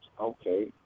Okay